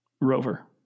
rover